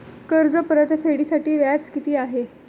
कर्ज परतफेडीसाठी व्याज किती आहे?